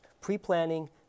pre-planning